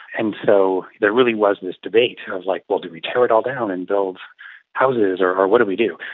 and so there really was this debate of, like, well, do we tear it all down and build houses, or or what do we do?